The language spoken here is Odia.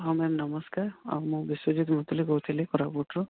ହଁ ମ୍ୟାମ୍ ନମସ୍କାର୍ ଆଉ ମୁଁ ବିଶ୍ୱଜିତ୍ ମୁଦୁଲି କହୁଥିଲି କୋରାପୁଟ୍ରୁ